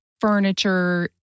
furniture